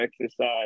exercise